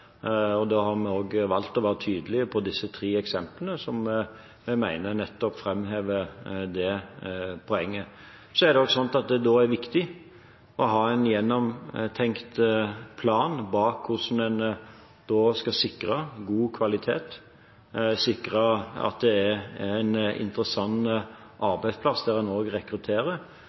og da har vi valgt å være tydelig på disse tre eksemplene som vi mener nettopp framhever det poenget. Så er det viktig å ha en gjennomtenkt plan for hvordan en skal sikre god kvalitet, sikre at det er en interessant